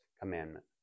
commandment